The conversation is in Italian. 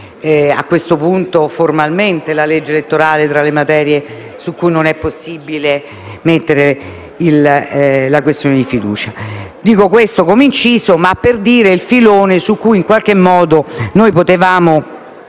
a questo punto formalmente - la legge elettorale tra le materie su cui non è possibile porre la questione di fiducia. Dico questo come inciso per affermare il filone su cui in qualche modo abbiamo